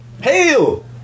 Hail